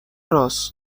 رآس